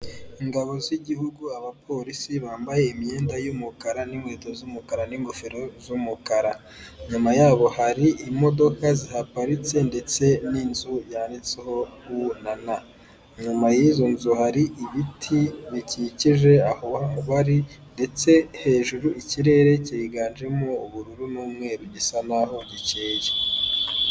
Ingabo z'igihugu, abapolisi bambaye imyenda y'umukara n'inkweto z'umukara n'ingofero z'umukara, inyuma yabo hari imodoka zihaparitse ndetse n'inzu yanditseho u na na, inyuma y'izo nzu hari ibiti bikikije aho bari ndetse hejuru ikirere cyiganjemo ubururu n'umweru gisa n'aho gikeye.